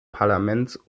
parlaments